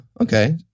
okay